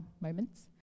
moments